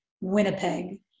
winnipeg